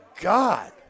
god